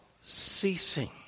ceasing